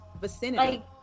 vicinity